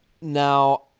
now